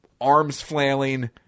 arms-flailing